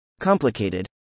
Complicated